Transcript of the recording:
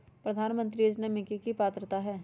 प्रधानमंत्री योजना के की की पात्रता है?